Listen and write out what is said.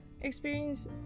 experience